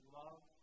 love